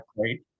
great